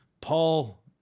Paul